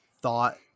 thought